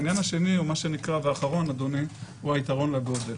העניין השני, ואחרון, אדוני, הוא היתרון לגודל.